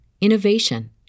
innovation